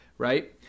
right